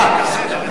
תודה.